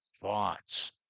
thoughts